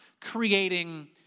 creating